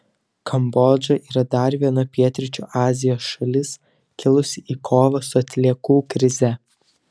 kambodža yra dar viena pietryčių azijos šalis kilusi į kovą su atliekų krize